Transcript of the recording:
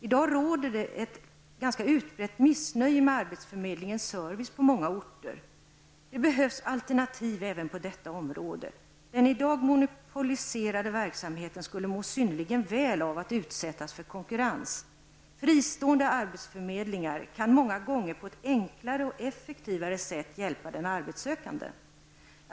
I dag finns det ett ganska utbrett missnöje beträffande arbetsförmedlingens service på många orter. Det behövs alternativ även på detta område. Den i dag monopoliserade verksamheten skulle må synnerligen väl av att bli utsatt för konkurrens. Fristående arbetsförmedlingar kan många gånger på ett enklare och effektivare sätt hjälpa den arbetssökande.